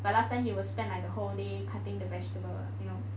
but last time he will spend like the whole day cutting the vegetable you know